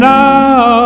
now